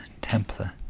Templar